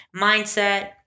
mindset